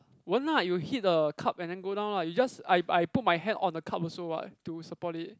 won't lah you hit the cup and then go down lah you just I I put my hand on the cup also what to support it